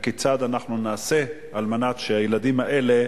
כיצד אנחנו נעשה על מנת שהילדים האלה